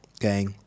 Okay